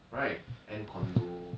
right ann condo